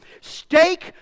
Stake